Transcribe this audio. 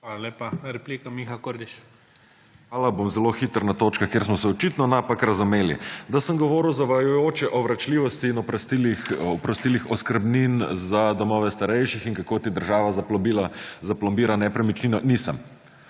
KORDIŠ (PS Levica):** Hvala. Bom zelo hiter na točkah kjer smo se očitno napak razumeli. Da sem govoril zavajajoče o vračljivosti in oprostilih oskrbnin za domove starejših in kako ti zaplombira nepremičnino, nisem.